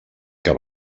que